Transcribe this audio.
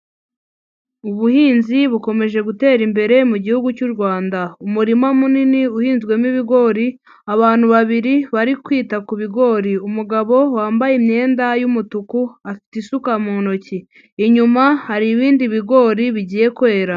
Ubuhinzi bukomeje gutera imbere mu gihugu cy'u Rwanda. Umurima munini uhinzwemo ibigori, abantu babiri bari kwita ku bigori. Umugabo wambaye imyenda y'umutuku, afite isuka mu ntoki. Inyuma hari ibindi bigori bigiye kwera.